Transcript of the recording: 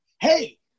hey